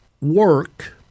Work